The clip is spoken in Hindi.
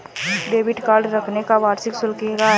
डेबिट कार्ड रखने का वार्षिक शुल्क क्या है?